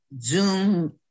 Zoom